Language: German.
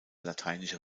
lateinische